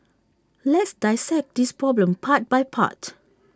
let's dissect this problem part by part